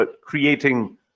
creating